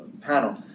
Panel